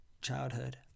childhood